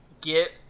get